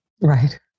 Right